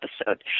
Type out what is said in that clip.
episode